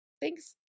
Thanks